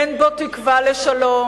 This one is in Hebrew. אין בו תקווה לשלום.